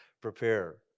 prepare